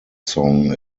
song